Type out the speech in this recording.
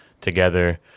together